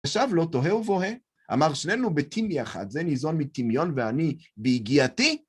ישב לו תוהא ובוהא, אמר שנינו בטימי אחת זה ניזון מטמיון ואני ביגיעתי